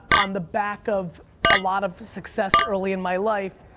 on the back of a lot of success early in my life,